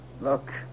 Look